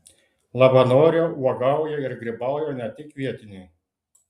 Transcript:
labanore uogauja ir grybauja ne tik vietiniai